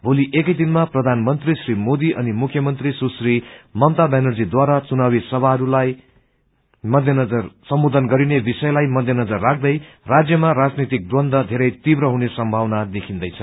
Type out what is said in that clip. भोली एकै दिनमा प्रधानमन्त्री श्री मोदी अनि मुख्यमन्त्री सुश्री ममता ब्यानर्जीद्वारा चुनावी सभाहरूलाई सम्बोधन गरिने विषयलाई मध्य नजर राख्दै राज्यमा राजनैतिक द्वन्द्व धेरै तीव्र हुने सम्भावना देखिन्दैछ